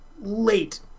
late